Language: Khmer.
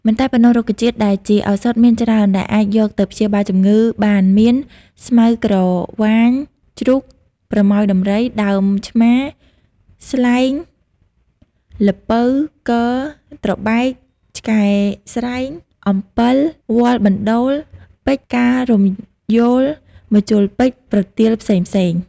មិនតែប៉ុណ្ណោះរុក្ខជាតិដែលជាឱសថមានច្រើនដែលអាចយកទៅព្យាបាលជំងឺបានមាន ស្មៅក្រវាញ ជ្រូក ប្រមោយដំរី ដើមឆ្មា ស្លែង ល្ពៅ គរ ត្របែក ឆ្កែស្រែង អំពិល វល្លិបណ្តូល ពេជ្រ ផ្ការំយោល ម្ជុលពេជ្រ ប្រទាលផ្សេងៗ...។